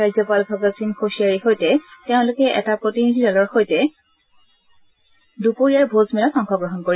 ৰাজ্যপাল ভগত সিং খুচীয়াৰীৰ সৈতে তেওঁলোকে এটা প্ৰতিনিধিদলৰ লগত দুপৰীয়াৰ ভোজমেলত অংশগ্ৰহণ কৰিব